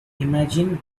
imagine